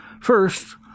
First